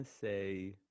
say